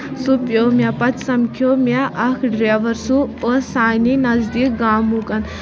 سُہ پیوٚو مےٚ پَتہٕ سمکھیو مےٚ اکھ ڈرایور سُہ اوس سانہِ نزدیٖک گامُکن